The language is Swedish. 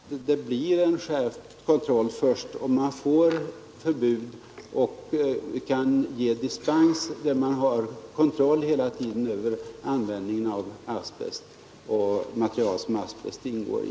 Fru talman! Jag är övertygad om att det blir en skärpt kontroll först om man får förbud och kan ge dispens, så att man har kontroll hela tiden över användningen av asbest och material som asbest ingår i.